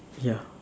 ya